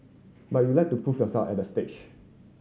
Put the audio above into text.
but you like to prove yourself at that stage